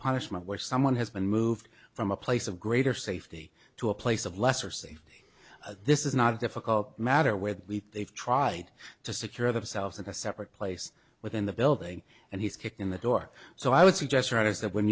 punishment where someone has been moved from a place of greater safety to a place of lesser see this is not a difficult matter with they've tried to secure themselves a separate place within the building and he's kicked in the door so i would suggest right is that when